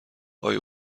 آیا